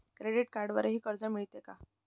Credit कार्डवरही कर्ज मिळते का?